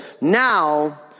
Now